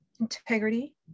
integrity